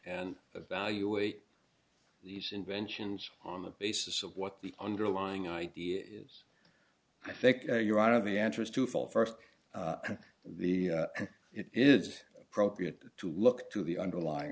and evaluate these inventions on the basis of what the underlying idea is i think your honor the answer is twofold first the it is appropriate to look to the underlying